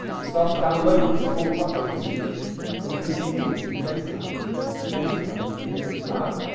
and starts downloading small truckloads of secrets onto his cds. and he takes them out and he takes them out and he takes them out.